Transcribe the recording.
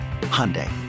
Hyundai